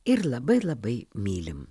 ir labai labai mylim